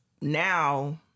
now